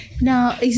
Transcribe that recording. Now